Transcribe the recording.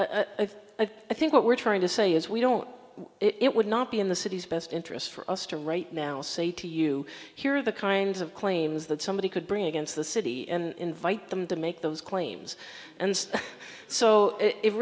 that i think what we're trying to say is we don't it would not be in the city's best interest for us to right now say to you here are the kinds of claims that somebody could bring against the city and invite them to make those claims and so it